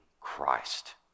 Christ